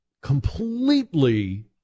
completely